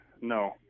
no